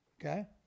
okay